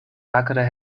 akre